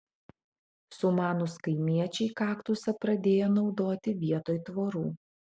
sumanūs kaimiečiai kaktusą pradėjo naudoti vietoj tvorų